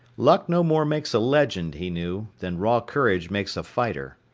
luck no more makes a legend, he knew, than raw courage makes a fighter.